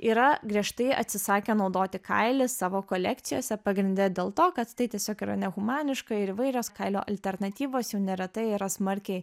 yra griežtai atsisakę naudoti kailį savo kolekcijose pagrinde dėl to kad tai tiesiog yra nehumaniška ir įvairios kailio alternatyvos jau neretai yra smarkiai